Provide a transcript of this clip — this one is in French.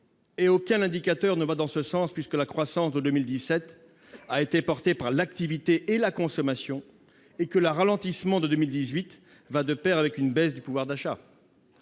et aucun indicateur ne va dans ce sens, puisque la croissance de 2017 a été portée par l'activité et la consommation et que le ralentissement de 2018 va de pair avec une baisse du pouvoir d'achat.